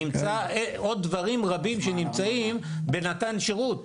נמצא עוד דברים רבים שנמצאים בנותן שירות.